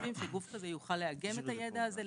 חושבים שגוף כזה יוכל לאגם את הידע הזה,